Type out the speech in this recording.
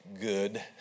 good